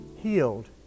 Healed